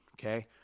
okay